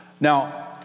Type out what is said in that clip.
Now